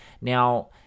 Now